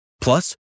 Plus